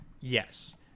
Yes